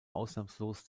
ausnahmslos